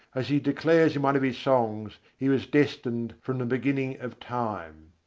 as he declares in one of his songs, he was destined from the beginning of time.